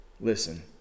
listen